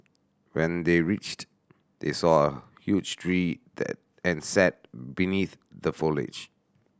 when they reached they saw a huge tree and sat beneath the foliage